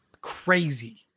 crazy